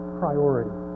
priority